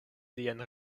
lian